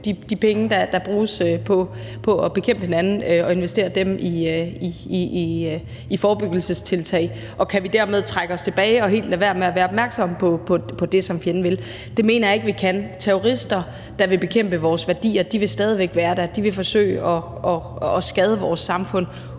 de penge, der bruges på at bekæmpe hinanden, i forebyggelsestiltag, og kan vi dermed trække os tilbage og helt lade være med at være opmærksomme på det, som fjenden vil? Det mener jeg ikke vi kan. Terrorister, der vil bekæmpe vores værdier, vil stadig væk være der. De vil forsøge at skade vores samfund,